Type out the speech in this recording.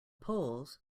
poles